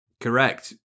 Correct